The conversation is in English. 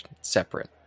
separate